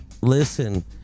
listen